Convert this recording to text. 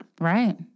Right